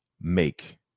make